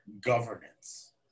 governance